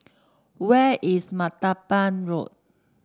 where is Martaban Road